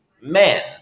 men